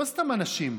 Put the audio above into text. לא סתם אנשים,